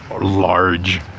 large